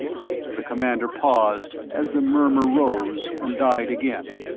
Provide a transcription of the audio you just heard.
the commander paused, as the murmur rose and died again.